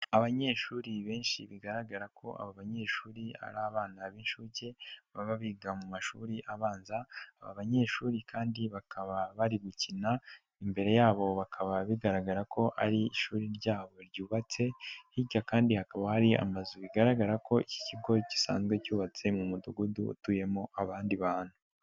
Abanyeshuri benshi bigaragara ko abo banyeshuri ari abana b'incuke baba biga mu mashuri abanza, aba banyeshuri kandi bakaba bari gukina imbere yabo bakaba bigaragara ko ari ishuri ryabo ryubatse hirya kandi hakaba hari amazu bigaragara ko iki kigo gisanzwe cyubatse mu mudugudu utuyemo abandi bantu.